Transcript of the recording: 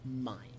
mind